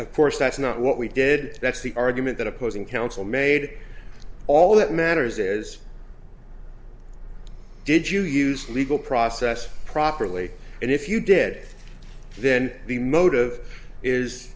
of course that's not what we did that's the argument that opposing counsel made all that matters is did you use legal process properly and if you did then the motive is